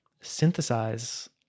synthesize